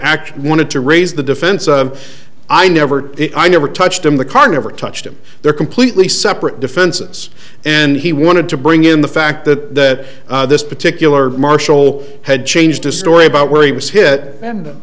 actually wanted to raise the defense and i never i never touched him the car never touched him they're completely separate defenses and he wanted to bring in the fact that this particular marshal had changed his story about where he was hit and